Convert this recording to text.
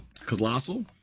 Colossal